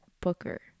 Booker